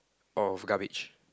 of garbage